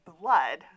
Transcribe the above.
blood